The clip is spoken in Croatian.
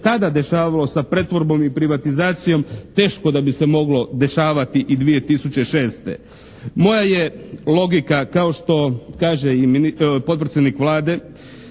tada dešavalo sa pretvorbom i privatizacijom teško da bi se moglo dešavati i 2006. Moja je logika kao što kaže i potpredsjednik Vlade